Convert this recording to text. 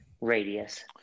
radius